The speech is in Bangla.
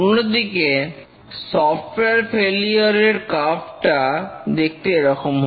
অন্যদিকে সফটওয়্যার ফেলিওর র কার্ভ টা দেখতে এরকম হয়